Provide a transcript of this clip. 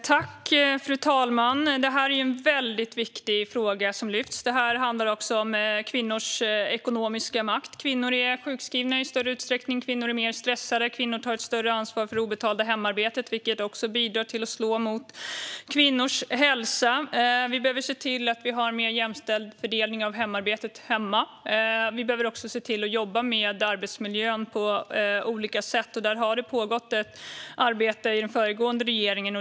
Fru talman! Detta är en väldigt viktig fråga som lyfts. Den handlar också om kvinnors ekonomiska makt. Kvinnor är sjukskrivna i större utsträckning. Kvinnor är mer stressade. Kvinnor tar ett större ansvar för det obetalda hemarbetet, vilket också bidrar till att slå mot kvinnors hälsa. Vi behöver se till att ha en mer jämställd fördelning av arbetet hemma. Vi behöver också se till att jobba med arbetsmiljön på olika sätt. Där har det pågått ett arbete i den föregående regeringen.